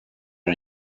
are